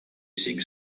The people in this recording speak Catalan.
cinc